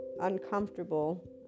uncomfortable